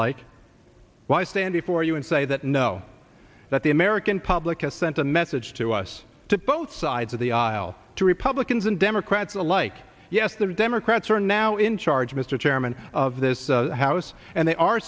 like why i stand before you and say that no that the american public has sent a message to us to both sides of the aisle to republicans and democrats alike yes the democrats are now in charge mr chairman of this house and they are